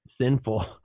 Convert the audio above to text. sinful